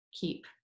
keep